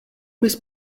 bys